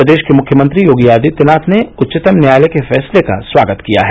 प्रदेश के मुख्यमंत्री योगी आदित्यनाथ ने उच्चतम न्यायालय के फैसले का स्वागत किया है